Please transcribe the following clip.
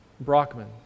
Brockman